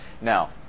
Now